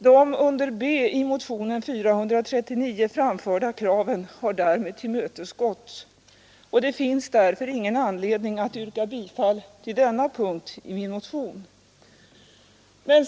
De under B i motionen 439 framförda kraven har därmed tillmötesgåtts. Det finns därför ingen anledning att yrka bifall till denna punkt i min motion.